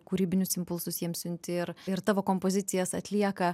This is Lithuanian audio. kūrybinius impulsus jiems siunti ir ir tavo kompozicijas atlieka